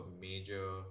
major